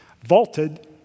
vaulted